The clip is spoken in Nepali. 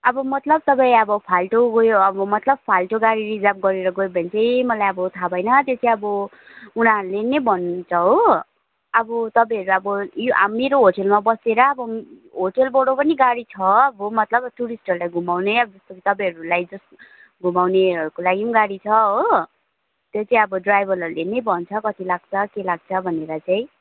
अब मतलब तपाईँ अब फाल्टो गयो अब मतलब फाल्टो गाडी रिजर्भ गरेर गयो भने चाहिँ मलाई अब थाहा भएन त्यो चाहिँ अब उनीहरूले नै भन्नुहुन्छ हो अब तपाईँहरू अब यो मेरो होटलमा बसेर अब होटलबाट पनि गाडी छ अब मतलब टुरिस्टहरूलाई घुमाउने अब जस्तो कि तपाईँहरूलाई जस्तो घुमाउनेहरूको लागि पनि गाडी छ हो त्यो चाहिँ अब ड्राइभरहरूले नै भन्छ कति लाग्छ के लाग्छ भनेर चाहिँ